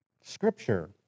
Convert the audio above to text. Scripture